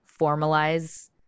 formalize